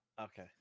Okay